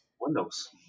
Windows